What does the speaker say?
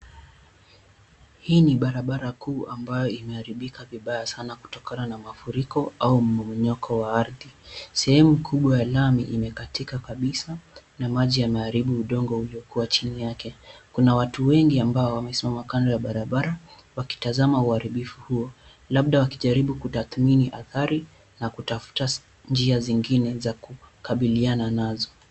Hii ni barabara kuu ambayo imeharibika vibaya sana kutokana na mafuriko au mmomonyoko wa ardhi. Sehemu kubwa ya lami imekatika kabisa na maji yameharibu udongo uliokuwa chini yake. Kuna watu wengi ambao wamesimama kando ya barabara wakitazama uharibifu huo, labda wakijaribu kutathmini hadhari na kutafuta njia zingine za kukabiliana nazo.